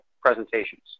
presentations